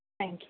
thank you